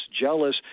jealous